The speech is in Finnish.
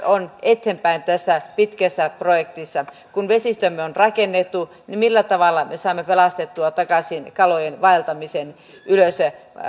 on eteenpäin tässä pitkässä projektissa kun vesistömme on rakennettu niin millä tavalla me saamme pelastettua takaisin kalojen vaeltamisen ylös